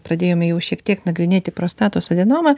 pradėjome jau šiek tiek nagrinėti prostatos adenomą